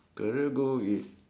career goal is